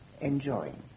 enjoying